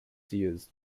used